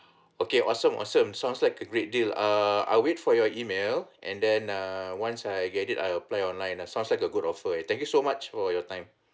okay awesome awesome sounds like a great deal err I wait for your email and then err once I get it I apply online ah sounds like a good offer ah thank you so much for your time